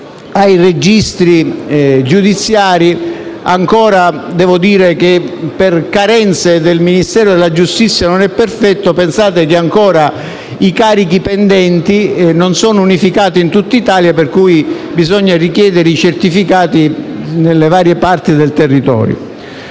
ai registri giudiziari ancora non è perfetto, per carenze del Ministero della giustizia; pensate che i carichi pendenti ancora non sono unificati in tutta Italia, per cui bisogna richiedere i certificati nelle varie parti del territorio.